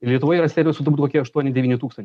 lietuvoj yra servisų turbūt kokie aštuoni devyni tūkstan